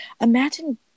imagine